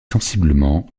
sensiblement